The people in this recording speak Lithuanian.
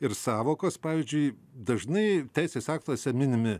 ir sąvokos pavyzdžiui dažnai teisės aktuose minimi